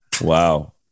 Wow